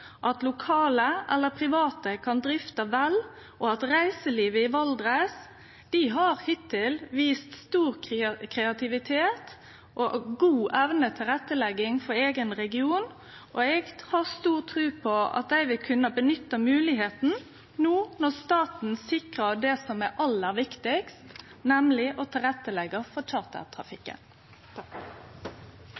at lokale eller private kan drifte vel, og reiselivet i Valdres har hittil vist stor kreativitet og god evne til tilrettelegging for eigen region. Eg har stor tru på at dei vil kunne nytte høvet no når staten sikrar det som er aller viktigast, nemleg å tilretteleggje for